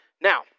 Now